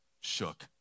shook